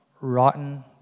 rotten